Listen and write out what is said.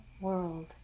world